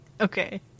Okay